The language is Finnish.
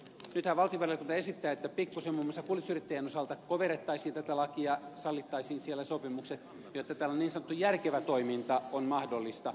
nythän valtiovarainvaliokunta esittää että pikkuisen muun muassa kuljetusyrittäjien osalta koverrettaisiin tätä lakia sallittaisiin siellä sopimukset jotta tällainen niin sanottu järkevä toiminta on mahdollista